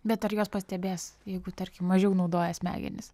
bet ar juos pastebės jeigu tarkim mažiau naudoja smegenis